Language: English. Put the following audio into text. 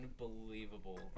unbelievable